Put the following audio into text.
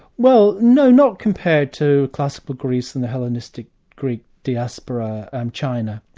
well no, not compared to classical greece and the hellenistic greek diaspora and china.